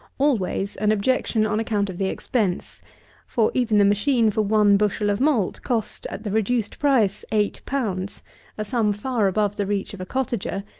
always, an objection on account of the expense for, even the machine for one bushel of malt cost, at the reduced price, eight pounds a sum far above the reach of a cottager,